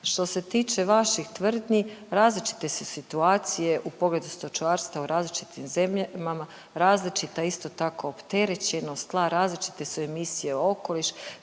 Što se tiče vaših tvrdnji različite su situacije u pogledu stočarstva u različitim zemljama, različita isto tako opterećenost tla, različite su emisije, okoliš,